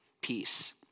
peace